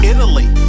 Italy